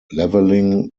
leveling